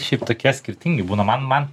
šiaip tokie skirtingi būna man man